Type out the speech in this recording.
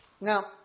Now